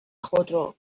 خودرو